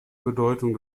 bedeutung